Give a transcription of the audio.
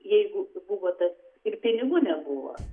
jeigu buvo tas ir pinigų nebuvo